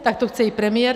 Tak to chce i premiér.